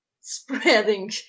spreading